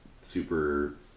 super